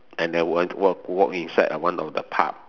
and I went walk walk inside one of the pub